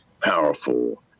powerful